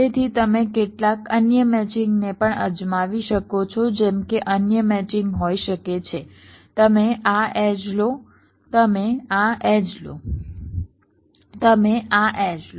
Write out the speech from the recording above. તેથી તમે કેટલાક અન્ય મેચિંગને પણ અજમાવી શકો છો જેમ કે અન્ય મેચિંગ હોઈ શકે છે તમે આ એડ્જ લો તમે આ એડ્જ લો તમે આ એડ્જ લો